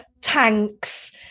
tanks